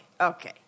okay